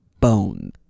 bone